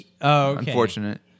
unfortunate